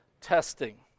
testing